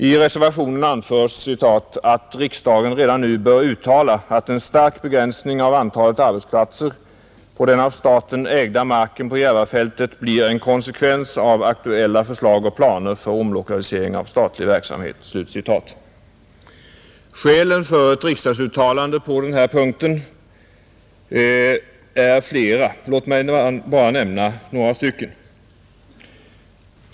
I reservationen anförs ”att riksdagen redan nu bör uttala att en stark begränsning av antalet arbetsplatser på den av staten ägda marken på Järvafältet blir en konsekvens av aktuella förslag och planer för omlokalisering av statlig verksamhet.” Skälen för ett riksdagsuttalande av detta innehåll är flera, Låt mig nämna några. 1.